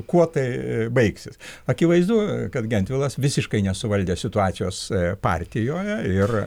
kuo tai baigsis akivaizdu kad gentvilas visiškai nesuvaldė situacijos partijoje ir